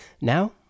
Now